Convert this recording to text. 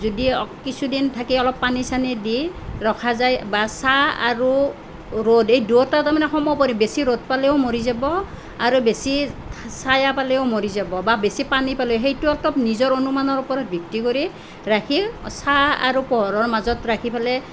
যদি অক কিছুদিন থাকি অলপ পানী চানী দি ৰখা যায় বা ছাঁ আৰু ৰ'দ এই দুয়োটা তাৰমানে সমপৰি বেছি ৰ'দ পালেও মৰি যাব আৰু বেছি ছাঁয়া পালেও মৰি যাব বা বেছি পানী পালেও সেইটোহেতত নিজৰ পৰিমাণৰ ওপৰত ভিত্তি কৰি ৰাখি ছাঁ আৰু পোহৰৰ মাজত ৰাখি পেলাই